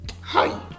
Hi